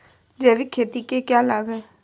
जैविक खेती के क्या लाभ हैं?